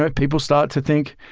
um people start to think,